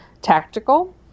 tactical